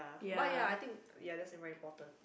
but ya I think ya that's very important